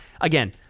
again